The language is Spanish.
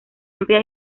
amplia